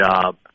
job